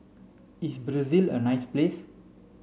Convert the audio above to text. is Brazil a nice place